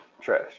trash